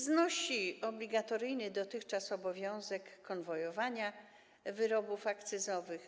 Znosi też obligatoryjny dotychczas obowiązek konwojowania wyrobów akcyzowych.